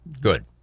Good